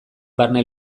barne